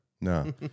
No